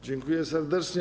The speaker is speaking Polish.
Dziękuję serdecznie.